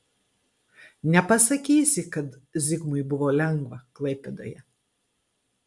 nepasakysi kad zigmui buvo lengva klaipėdoje